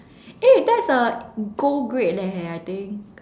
eh that's a gold grade leh I think